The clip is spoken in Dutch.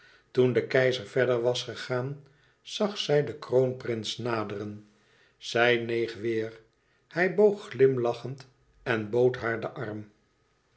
toen de keizer verder was gegaan zag zij den kroonprins naderen zij neeg weêr hij boog glimlachend en bood haar den arm